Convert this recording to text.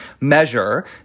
measure